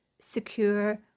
secure